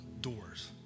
doors